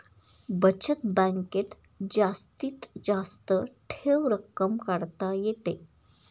बचत बँकेत जास्तीत जास्त ठेव रक्कम काढता येते